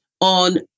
on